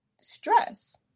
stress